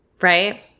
right